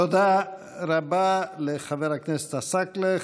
תודה רבה לחבר הכנסת עסאקלה.